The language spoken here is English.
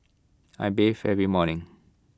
I bathe every morning